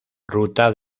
ruta